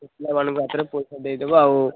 ପିଲାମାନଙ୍କ ହାତରେ ପଇସା ଦେଇଦେବ ଆଉ